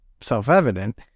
self-evident